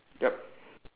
yup